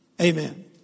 Amen